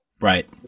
right